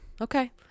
Okay